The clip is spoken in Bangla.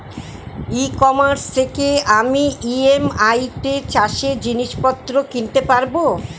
ই কমার্স থেকে আমি ই.এম.আই তে চাষে জিনিসপত্র কিনতে পারব?